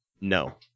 No